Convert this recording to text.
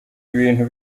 ibintu